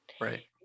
Right